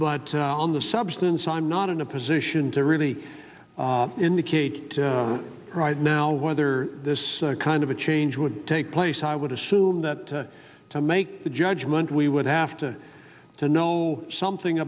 but on the substance i'm not in a position to really indicate right now whether this kind of a change would take place i would assume that to make the judgment we would have to to know something